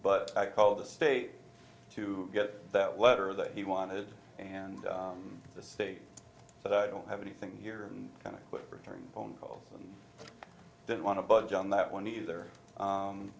but i call the state to get that water that he wanted and the state that i don't have anything here and kind of return phone calls and didn't want to budge on that one either